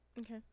Okay